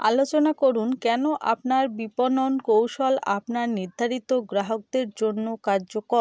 আলোচনা করুন কেন আপনার বিপণন কৌশল আপনার নির্ধারিত গ্রাহকদের জন্য কার্যকর